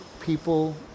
people